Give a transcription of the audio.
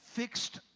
fixed